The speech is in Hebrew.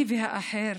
אני והאחר